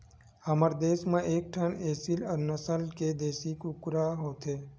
हमर देस म एकठन एसील नसल के देसी कुकरा होथे